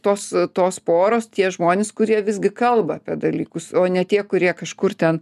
tos tos poros tie žmonės kurie visgi kalba apie dalykus o ne tie kurie kažkur ten